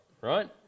right